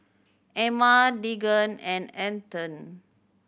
Emma Deegan and Antone